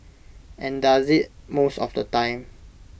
and does IT most of the time